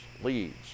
leads